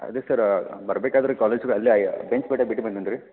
ಅದೇ ಸರ್ರ ಬರಬೇಕಾದ್ರೆ ಕಾಲೇಜ್ ಅಲ್ಲೇ ಬೆಂಚ್ ಬಡ್ಡೇಗೆ ಬಿಟ್ಟು ಬಂದೆನು ರೀ